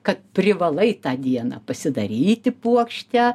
kad privalai tą dieną pasidaryti puokštę